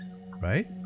Right